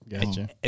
Gotcha